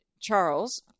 Charles